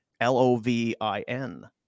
L-O-V-I-N